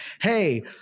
hey